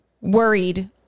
worried